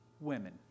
Women